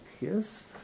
yes